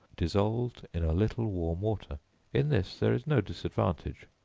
dissolved in a little warm water in this there is no disadvantage,